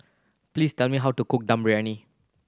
please tell me how to cook Dum Briyani